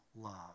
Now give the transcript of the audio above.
love